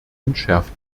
entschärft